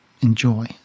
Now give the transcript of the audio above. enjoy